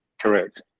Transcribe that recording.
Correct